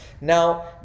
now